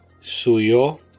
suyo